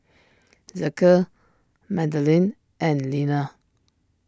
Zeke Madelene and Leaner